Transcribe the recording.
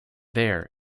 there